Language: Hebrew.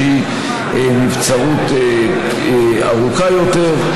שהיא נבצרות ארוכה יותר,